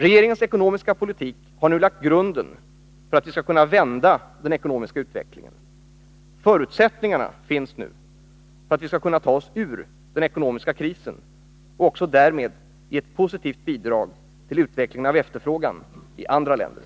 Regeringens ekonomiska politik har nu lagt grunden för att vi skall kunna vända den ekonomiska utvecklingen. Förutsättningarna finns nu för att vi skall kunna ta oss ur den ekonomiska krisen och också därmed ge ett positivt bidrag till utvecklingen av efterfrågan i andra länder.